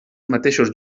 mateixos